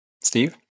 steve